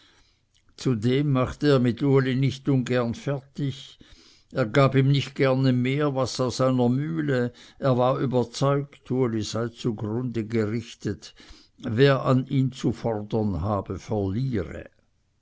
zudem machte er mit uli nicht ungern fertig er gab ihm nicht gerne mehr was aus seiner mühle er war überzeugt uli sei zugrunde gerichtet wer an ihn zu fordern habe verliere